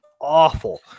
awful